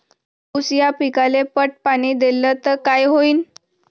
ऊस या पिकाले पट पाणी देल्ल तर काय होईन?